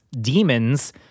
demons